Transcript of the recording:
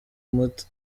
muti